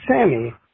Sammy